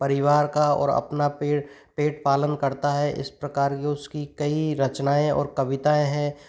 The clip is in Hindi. परिवार का और अपना पेट पेट पालन करता है इस प्रकार की उसकी कई रचनाएँ और कविताएँ हैं